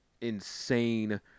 insane